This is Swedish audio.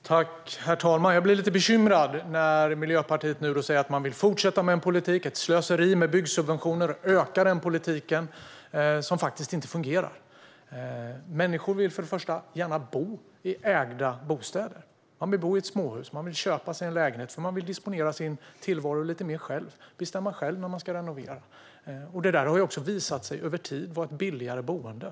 Herr talman! Jag blir lite bekymrad när Miljöpartiet nu säger att man vill fortsätta med en politik som innebär ett slöseri med byggsubventioner och att man vill bygga ut denna politik, som faktiskt inte fungerar. Människor vill för det första gärna bo i ägda bostäder. Man vill bo i ett småhus eller köpa sig en lägenhet, för man vill disponera sin tillvaro lite mer själv och till exempel bestämma själv när man ska renovera. Det har också över tid visat sig vara ett billigare boende.